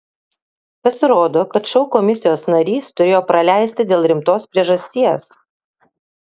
pasirodo kad šou komisijos narys turėjo praleisti dėl rimtos priežasties